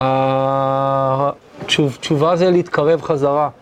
התשובה זה להתקרב חזרה.